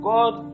God